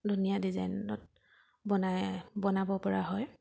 ধুনীয়া ডিজাইনত বনাই বনাব পৰা হয়